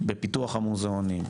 בפיתוח המוזיאונים,